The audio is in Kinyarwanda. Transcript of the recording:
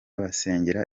basengera